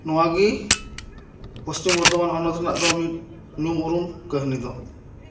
ᱱᱚᱣᱟ ᱜᱮ ᱯᱚᱪᱷᱤᱢ ᱵᱚᱨᱫᱷᱚᱢᱟᱱ ᱦᱚᱱᱚᱛ ᱨᱮᱱᱟᱜ ᱫᱚ ᱢᱤᱫ ᱧᱩᱢ ᱩᱨᱩᱢ ᱠᱟᱹᱦᱱᱤ ᱫᱚ